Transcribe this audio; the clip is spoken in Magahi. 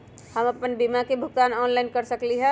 हम अपन बीमा के भुगतान ऑनलाइन कर सकली ह?